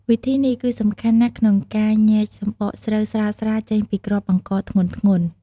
វិធីនេះគឺសំខាន់ណាស់ក្នុងការញែកសម្បកស្រូវស្រាលៗចេញពីគ្រាប់អង្ករធ្ងន់ៗ។